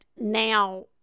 now